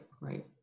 right